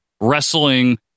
wrestling